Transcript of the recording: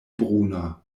bruna